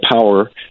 power